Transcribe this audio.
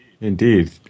Indeed